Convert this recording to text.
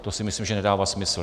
To si myslím, že nedává smysl.